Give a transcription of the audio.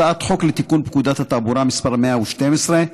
הצעת חוק לתיקון פקודת התעבורה (מס' 112),